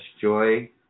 joy